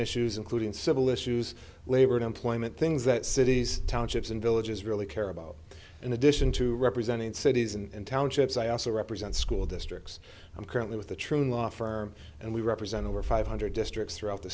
issues including civil issues labor and employment things that cities townships and villages really care about in addition to representing cities and townships i also represent school districts i'm currently with the true law firm and we represent over five hundred districts throughout the